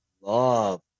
love